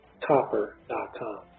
copper.com